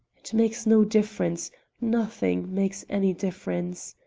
it makes no difference nothing makes any difference.